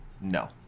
no